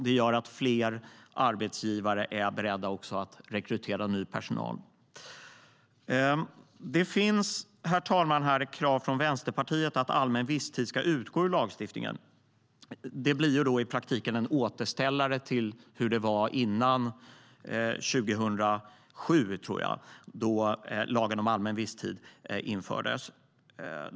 Det gör att fler arbetsgivare är beredda att rekrytera ny personal. Det finns krav från Vänsterpartiet på att allmän visstid ska utgå ur lagstiftningen, herr talman. Det blir i praktiken en återställare till hur det var före 2007, tror jag, då lagen om allmän visstid infördes.